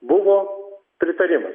buvo pritarimai